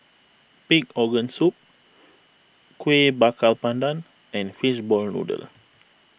Pig Organ Soup Kuih Bakar Pandan and Fishball Noodle